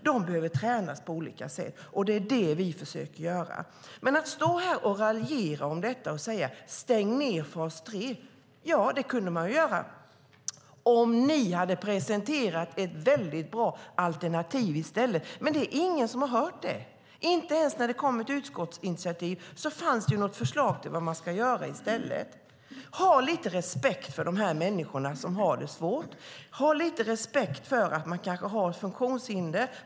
De behöver tränas på olika sätt, och det är det vi försöker göra. Man står här och raljerar över detta och säger: Stäng fas 3! Ja, det skulle man kunna göra om ni hade presenterat ett väldigt bra alternativ. Men det är ingen som har hört det. Inte ens när det kom ett utskottsinitiativ fanns det något förslag om vad man skulle göra i stället. Ha lite respekt för de här människorna, som har det svårt! De kanske har ett funktionshinder.